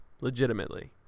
legitimately